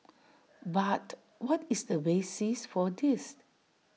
but what is the basis for this